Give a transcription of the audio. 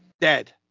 dead